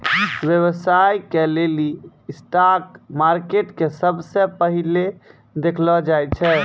व्यवसाय के लेली स्टाक मार्केट के सबसे पहिलै देखलो जाय छै